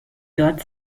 dort